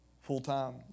full-time